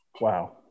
Wow